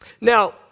Now